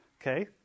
Okay